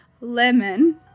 lemon